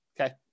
Okay